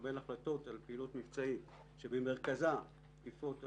וכשמקבלים החלטות על פעילות מבצעית שבמרכזה תקיפות אוויריות,